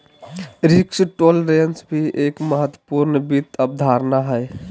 risk tolerance भी एक महत्वपूर्ण वित्त अवधारणा हय